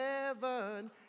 heaven